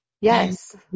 Yes